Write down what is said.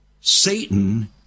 Satan